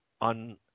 on